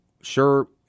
sure